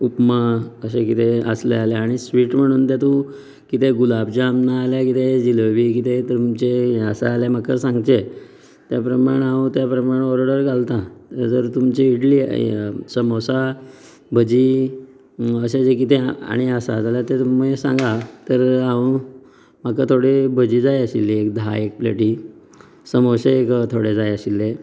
उपमा अशें कितें आसलें जाल्यार आनी स्वीट म्हणून तेतूंत कितें गुलाबजाम नाजाल्यार कितें जिलेबी कितें तुमचे हे आसा जाल्यार म्हाका सांगचे त्या प्रमाण हांव त्या प्रमाण ऑर्डर घालतां जर तर तुमचे इडली सामोसा भजीं अशें जें कितें आनी आसा जाल्यार तें तुमी सांगात तर हांव म्हाका थोडे भजीं जाय आशिल्लीं एक धा एक प्लेटी सामोशे एक थोडे जाय आशिल्ले